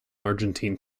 argentine